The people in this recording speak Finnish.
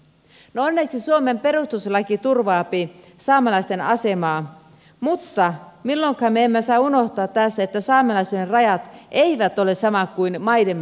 no onneksi suomen perustuslaki turvaa saamelaisten asemaa mutta milloinkaan me emme saa unohtaa tässä että saamelaisuuden rajat eivät ole samat kuin maidemme rajat